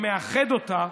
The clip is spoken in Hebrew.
שמאחד אותה,